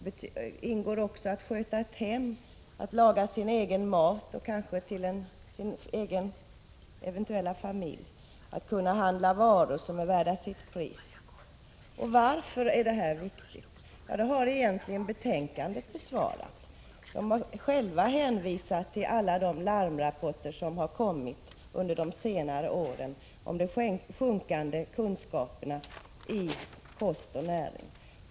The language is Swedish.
Det innebär också att kunna sköta ett hem, att laga sin egen mat och mat till sin eventuella familj, att handla varor som är värda sitt pris. Varför är detta viktigt? Den frågan har egentligen utskottet besvarat i betänkandet. Utskottet har självt hänvisat till alla larmrapporter som har kommit under senare år om de minskande kunskaperna beträffande kost och näring.